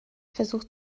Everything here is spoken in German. versucht